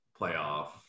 playoff